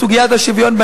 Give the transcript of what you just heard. בסוגיית השוויון בנטל.